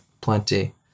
plenty